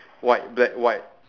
white black white